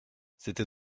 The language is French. c’était